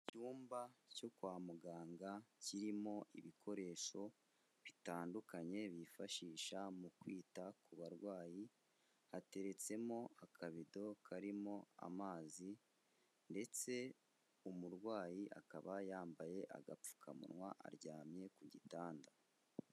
Icyumba cyo kwa muganga kirimo ibikoresho bitandukanye bifashisha mu kwita ku barwayi, hateretsemo akabido karimo amazi ndetse umurwayi akaba yambaye agapfukamunwa aryamye ku gitanda.